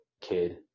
kid